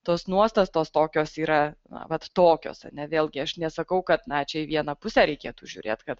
tos nuostatos tokios yra na vat tokios a ne vėlgi aš nesakau kad na čia į vieną pusę reikėtų žiūrėt kad